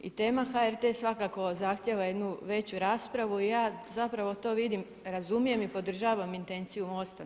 I tema HRT svakako zahtjeva jednu veću raspravu i ja zapravo to vidim, razumijem i podržavam intenciju MOST-a.